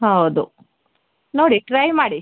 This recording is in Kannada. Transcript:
ಹೌದು ನೋಡಿ ಟ್ರೈ ಮಾಡಿ